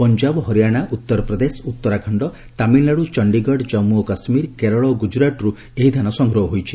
ପଞ୍ଜାବ ହରିୟାଣା ଉତ୍ତର ପ୍ରଦେଶ ଉତ୍ତରାଖଣ୍ଡ ତାମିଲ୍ନାଡୁ ଚଣ୍ଡିଗଡ଼ ଜନ୍ମୁ ଓ କାଶ୍ମୀର କେରଳ ଏବଂ ଗୁଜୁରାଟ୍ରୁ ଏହି ଧାନ ସଂଗ୍ରହ ହୋଇଛି